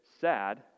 sad